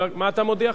מה אתה מודיע,